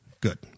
Good